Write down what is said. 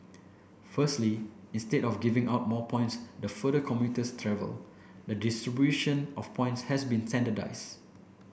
firstly instead of giving out more points the further commuters travel the distribution of points has been standardised